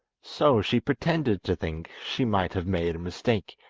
so she pretended to think she might have made a mistake,